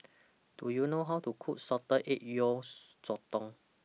Do YOU know How to Cook Salted Egg Yolk Sotong